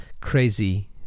crazy